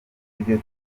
kwegera